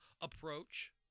approach